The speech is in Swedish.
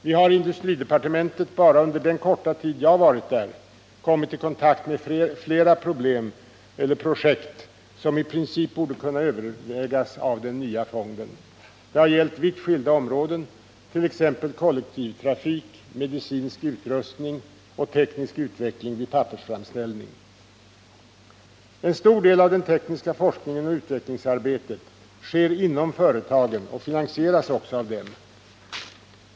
Vi har i industridepartementet bara under den korta tid jag varit där kommit i kontakt med flera projekt som i princip borde kunna övervägas av den nya fonden. Det har gällt vitt skilda områden, t.ex. kollektivtrafik, medicinsk utrustning och teknisk utveckling vid pappersframställning. En stor del av den tekniska forskningen och utvecklingsarbetet sker inom företagen och finansieras också av dem.